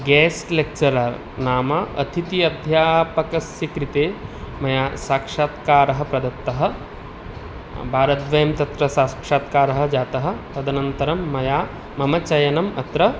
guest lecturer नाम अथिति अध्यापकस्य कृते मया साक्षात्कारः प्रदत्तः वारद्वयं तत्र साक्षात्कारः जातः तदनन्तरं मया मम चयनम् अत्र